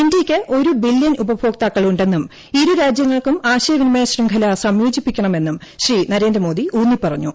ഇന്ത്യയ്ക്ക് ഒരു ബില്ല്യൺ ഉപഭോക്താക്കൾ ഉണ്ടെന്നും ഇരു രാജ്യങ്ങളും ആശയവിനിമയ ശൃംഖല സംയോജിപ്പിക്കണമെന്നും ശ്രീ നരേന്ദ്രമോദി ഉൌന്നിപ്പറഞ്ഞു